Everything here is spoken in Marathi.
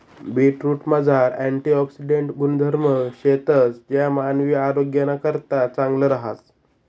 बीटरूटमझार अँटिऑक्सिडेंट गुणधर्म शेतंस ज्या मानवी आरोग्यनाकरता चांगलं रहास